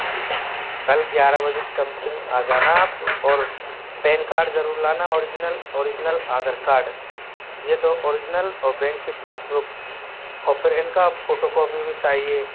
जी कल ग्यारह बजे के समथिंग आ जाना आप और पैन कार्ड ज़रूर लाना ओरिजनल ओरिजनल आधार कार्ड ये दो ओरिजनल और बैंक की पासबुक और फिर इनका फ़ोटोकॉपी भी चाहिए